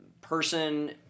person